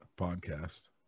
podcast